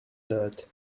note